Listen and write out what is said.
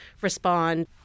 respond